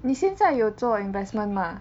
你现在有做 investment 吗